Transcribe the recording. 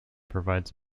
provides